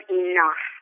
enough